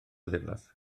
ddiflas